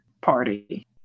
party